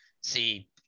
see